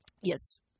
Yes